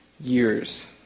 years